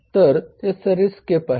तर ते सर्व्हिसस्केप आहे